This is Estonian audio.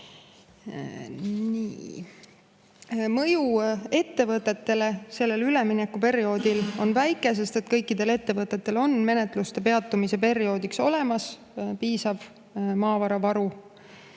ettevõtetele sellel üleminekuperioodil on väike, sest kõikidel ettevõtetel on menetluste peatumise perioodiks olemas piisav maavara varu.